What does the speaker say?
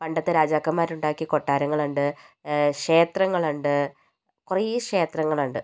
പണ്ടത്തെ രാജാക്കന്മാർ ഉണ്ടാക്കിയ കൊട്ടാരങ്ങൾ ഉണ്ട് ക്ഷേത്രങ്ങളുണ്ട് കുറേ ക്ഷേത്രങ്ങൾ ഉണ്ട്